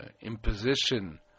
imposition